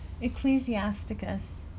Ecclesiasticus